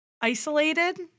isolated